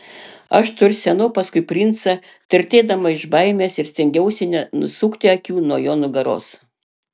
aš tursenau paskui princą tirtėdama iš baimės ir stengiausi nenusukti akių nuo jo nugaros